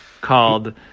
called